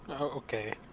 Okay